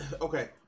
okay